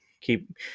Keep